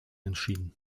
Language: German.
entschieden